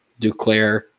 Duclair